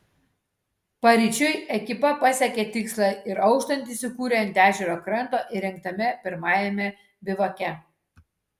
paryčiui ekipa pasiekė tikslą ir auštant įsikūrė ant ežero kranto įrengtame pirmajame bivake